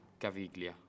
Caviglia